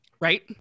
Right